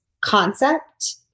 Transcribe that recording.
concept